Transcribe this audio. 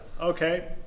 Okay